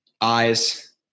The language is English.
eyes